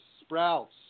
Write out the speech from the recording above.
sprouts